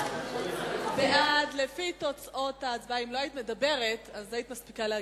לוועדת החינוך, התרבות והספורט נתקבלה.